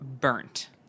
Burnt